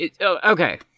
Okay